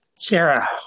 Sarah